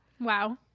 Wow